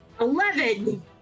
Eleven